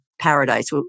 Paradise